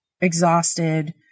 exhausted